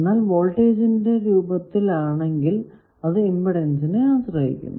എന്നാൽ വോൾട്ടേജിന്റെ രൂപത്തിൽ ആണെങ്കിൽ അത് ഇമ്പിഡെൻസിനെ ആശ്രയിക്കുന്നു